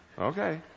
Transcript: Okay